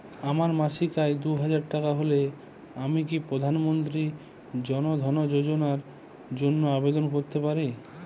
আমার মাসিক আয় দুহাজার টাকা হলে আমি কি প্রধান মন্ত্রী জন ধন যোজনার জন্য আবেদন করতে পারি?